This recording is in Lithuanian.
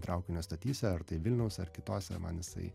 traukinio stotyse ar tai vilniaus ar kitose man jisai